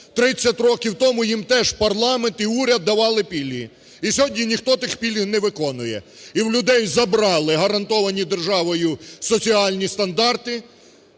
30 років тому їм теж парламент і уряд давали пільги, і сьогодні ніхто тих пільг не виконує. І в людей забрали гарантовані державою соціальні стандарти,